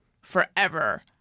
forever